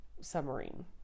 submarine